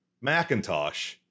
Macintosh